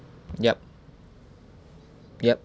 yup yup